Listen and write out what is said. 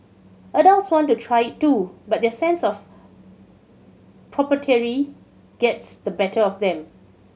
adults want to try it too but their sense of gets the better of them